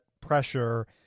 pressure